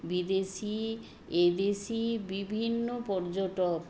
বিদেশি এদেশি বিভিন্ন পর্যটক